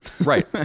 Right